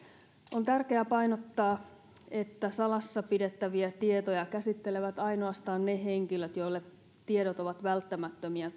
on tärkeää painottaa että salassa pidettäviä tietoja käsittelevät ainoastaan ne henkilöt joille tiedot ovat välttämättömiä